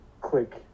click